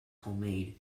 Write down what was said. homemade